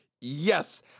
Yes